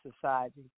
society